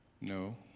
No